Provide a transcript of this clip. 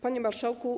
Panie Marszałku!